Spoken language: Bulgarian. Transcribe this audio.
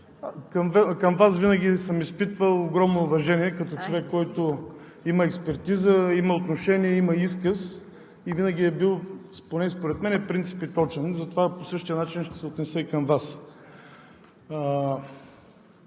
към Вас винаги съм изпитвал огромно уважение, като човек, който има експертиза, има отношение, има изказ и винаги е бил поне според мен принципен и точен. Затова по същия начин ще се отнеса към Вас.